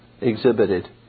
exhibited